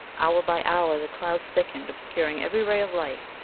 hour by hour the clouds thickened, obscuring every ray of light,